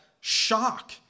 shock